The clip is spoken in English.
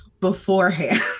beforehand